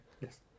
Yes